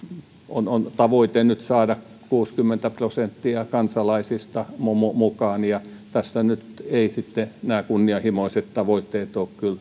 on on tavoitteena nyt saada kuusikymmentä prosenttia kansalaisista mukaan tässä nyt eivät sitten nämä kunnianhimoiset tavoitteet